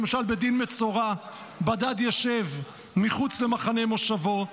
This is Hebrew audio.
למשל בדין מצורע: "בדד ישב מחוץ למחנה מושבו",